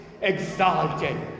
exalted